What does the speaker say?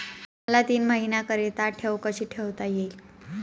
मला तीन महिन्याकरिता ठेव कशी ठेवता येईल?